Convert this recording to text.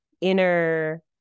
inner